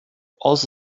also